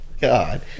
God